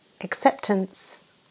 acceptance